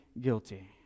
guilty